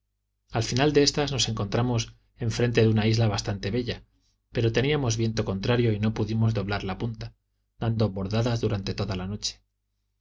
al final de éstas nos encontramos enfrente de una isla bastante bella pero teníamos viento contrario y no pudimos doblar la punta dando bordadas durante toda la noche